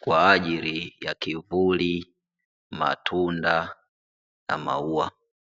kwa ajili ya kivuli, matunda na maua.